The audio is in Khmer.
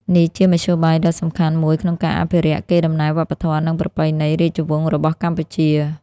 នេះជាមធ្យោបាយដ៏សំខាន់មួយក្នុងការអភិរក្សកេរដំណែលវប្បធម៌ និងប្រពៃណីរាជវង្សរបស់កម្ពុជា។